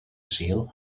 sul